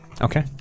Okay